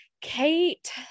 Kate